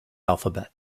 alphabet